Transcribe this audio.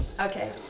okay